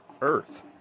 Earth